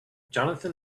johnathan